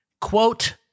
quote